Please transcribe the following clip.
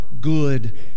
good